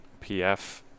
PF